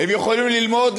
הם יכולים ללמוד,